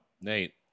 Nate